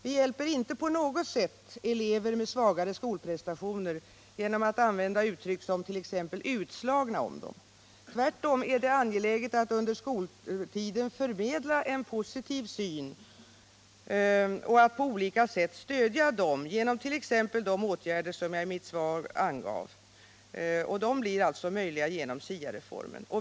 Vi hjälper inte på något sätt elever med svaga skolprestationer genom att använda uttryck som ”utslagna” om dem. Tvärtom är det angeläget att under skoltiden förmedla en positiv syn på utbildningen och att på olika sätt stödja eleverna, t.ex. genom de åtgärder som jag anför i mitt svar, och de blir alltså möjliga genom SIA reformen.